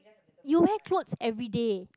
you wear clothes everyday